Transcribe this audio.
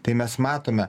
tai mes matome